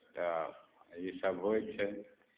तऽ इसभ होइ छै